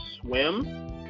swim